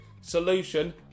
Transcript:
Solution